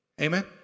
Amen